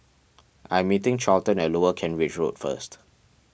I am meeting Charlton at Lower Kent Ridge Road first